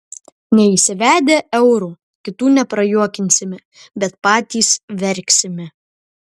neįsivedę euro kitų neprajuokinsime bet patys verksime